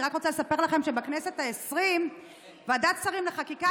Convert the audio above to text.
אני רק רוצה לספר לכם שבכנסת העשרים בוועדת שרים לחקיקה,